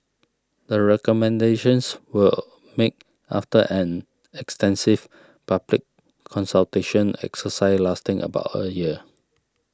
the recommendations were made after an extensive public consultation exercise lasting about a year